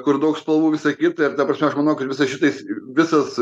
kur daug spalvų visa kita ir ta prasme aš manau kad visais šitais visas